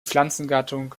pflanzengattung